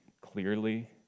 clearly